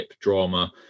drama